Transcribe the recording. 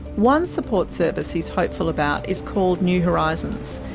one support service he's hopeful about is called new horizons.